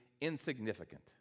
insignificant